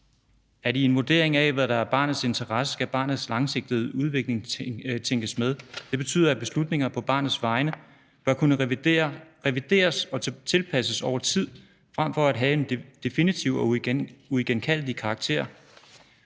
at i en vurdering af, hvad der er barnets interesse, skal barnets langsigtede udvikling tænkes med. Det betyder, at beslutninger på barnets vegne bør kunne revideres og tilpasses over tid frem for at have en definitiv og uigenkaldelig karakter.